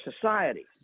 society